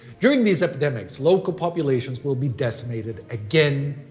during these epidemics local population will be decimated again,